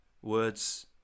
Words